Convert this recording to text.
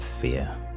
fear